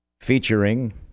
Featuring